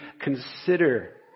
consider